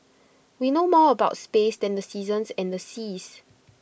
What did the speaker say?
we know more about space than the seasons and the seas